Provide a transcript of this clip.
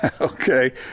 Okay